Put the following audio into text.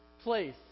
place